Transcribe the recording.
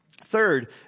Third